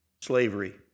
Slavery